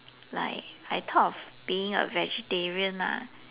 like I thought of being a vegetarian lah